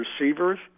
receivers